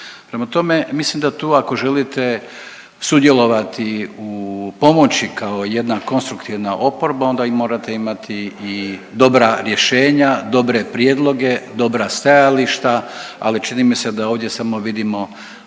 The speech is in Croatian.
Prema tome, mislim da tu ako želite sudjelovati u pomoći kao jedna konstruktivna oporba onda i morate imati dobra rješenja, dobre prijedloge, dobra stajališta, ali čini mi se da ovdje samo vidimo